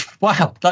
Wow